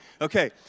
Okay